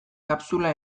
kapsula